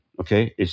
okay